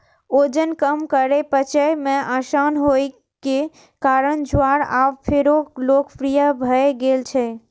वजन कम करै, पचय मे आसान होइ के कारणें ज्वार आब फेरो लोकप्रिय भए गेल छै